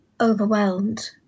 overwhelmed